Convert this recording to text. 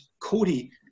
Cody